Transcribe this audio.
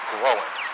Growing